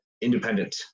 independent